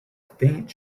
faint